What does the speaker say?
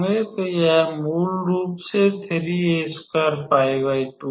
तो यह मूल रूप से है